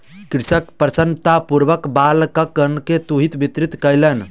कृषक प्रसन्नतापूर्वक बालकगण के तूईत वितरित कयलैन